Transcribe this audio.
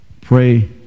pray